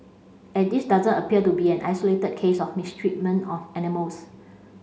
and this doesn't appear to be an isolated case of mistreatment of animals